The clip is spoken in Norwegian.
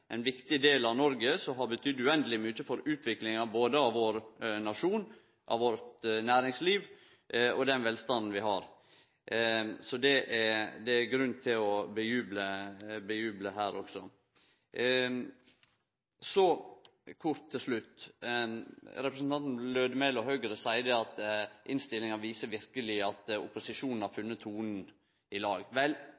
ein viktig del av Noreg som har betydd uendeleg mykje for utviklinga av vår nasjon, av vårt næringsliv og den velstanden vi har. Så det er grunn til å juble her også. Så kort til slutt: Representanten Lødemel frå Høgre seier at innstillinga verkeleg viser at opposisjonen har